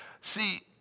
See